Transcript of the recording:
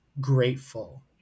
grateful